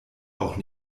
auch